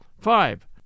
Five